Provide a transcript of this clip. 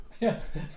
Yes